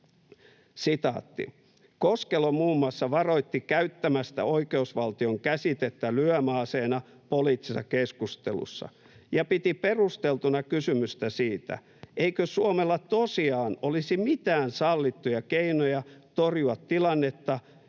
1.7. ”Koskelo muun muassa varoitti käyttämästä oikeusvaltion käsitettä lyömäaseena poliittisessa keskustelussa ja piti perusteltuna kysymystä siitä, eikö Suomella tosiaan olisi mitään sallittuja keinoja torjua tilannetta,